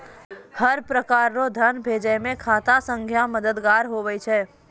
हर प्रकार रो धन भेजै मे खाता संख्या मददगार हुवै छै